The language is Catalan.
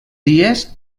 dies